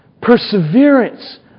perseverance